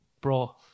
Bro